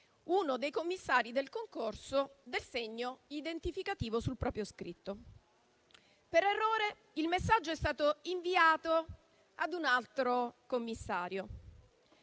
uno dei commissari del concorso del segno identificativo sul proprio scritto. Per errore, il messaggio è stato inviato a un altro commissario.